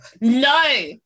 no